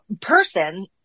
person